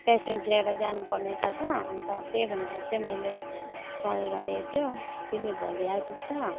patient लिएर जानुपर्ने छ त अन्त त्यही भनेर चाहिँ मैले कल गरेँ थियो तिमी भोलि आइपुग्छ